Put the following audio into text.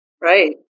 Right